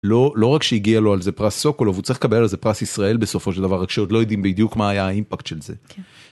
לא לא רק שהגיע לו על זה פרס סוקולוב, הוא צריך לקבל איזה פרס ישראל בסופו של דבר, רק שעוד לא יודעים בדיוק מה היה אימפקט של זה.